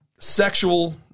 Sexual